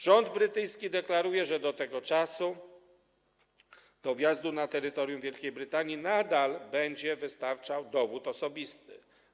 Rząd brytyjski deklaruje, że do tego czasu do wjazdu na terytorium Wielkiej Brytanii nadal będzie wystarczał dowód osobisty.